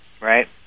right